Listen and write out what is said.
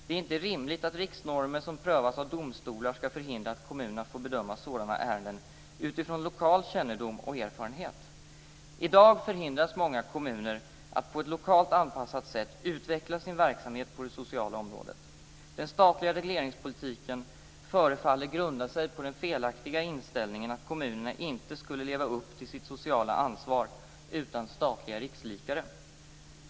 Det är inte rimligt att riksnormer som prövas av domstolar skall förhindra att kommunerna får bedöma sådana ärenden utifrån lokal kännedom och erfarenhet. I dag förhindras många kommuner att på ett lokalt anpassat sätt utveckla sin verksamhet på det sociala området. Den statliga regleringspolitiken förefaller grunda sig på den felaktiga inställningen att kommuner inte skulle leva upp till sitt sociala ansvar utan statliga rikslikare.